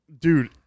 Dude